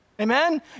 Amen